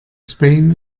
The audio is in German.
spain